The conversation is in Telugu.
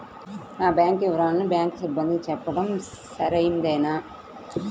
నా బ్యాంకు వివరాలను బ్యాంకు సిబ్బందికి చెప్పడం సరైందేనా?